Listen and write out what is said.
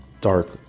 dark